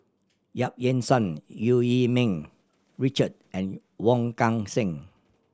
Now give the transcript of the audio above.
Yap Ee Chian Eu Yee Ming Richard and Wong Kan Seng